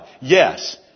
Yes